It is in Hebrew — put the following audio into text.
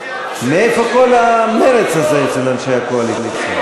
מאיפה כל המרץ הזה אצל אנשי הקואליציה?